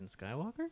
Skywalker